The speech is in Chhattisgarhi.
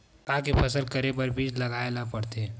का के फसल करे बर बीज लगाए ला पड़थे?